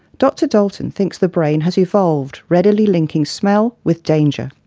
dr dalton thinks the brain has evolved readily linking smell with danger.